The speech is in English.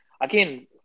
Again